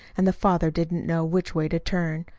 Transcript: and the father didn't know which way to turn.